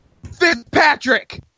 Fitzpatrick